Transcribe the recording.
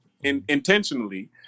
intentionally